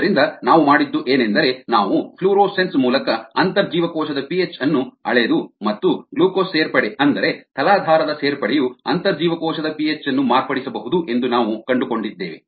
ಆದ್ದರಿಂದ ನಾವು ಮಾಡಿದ್ದು ಏನೆಂದರೆ ನಾವು ಫ್ಲೋರೊಸೆನ್ಸ್ ಮೂಲಕ ಅಂತರ್ಜೀವಕೋಶದ ಪಿಹೆಚ್ ಅನ್ನು ಅಳೆದು ಮತ್ತು ಗ್ಲೂಕೋಸ್ ಸೇರ್ಪಡೆ ಅಂದರೆ ತಲಾಧಾರದ ಸೇರ್ಪಡೆಯು ಅಂತರ್ಜೀವಕೋಶದ ಪಿಹೆಚ್ ಅನ್ನು ಮಾರ್ಪಡಿಸಬಹುದು ಎಂದು ನಾವು ಕಂಡುಕೊಂಡಿದ್ದೇವೆ